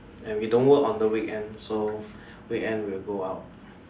and we don't work on the weekend so weekend we'll go out